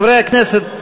חברי הכנסת,